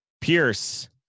Pierce